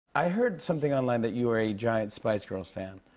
i heard something online that you are a giant spice girls fan.